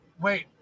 wait